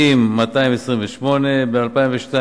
79 מיליון ו-228,754 ש"ח,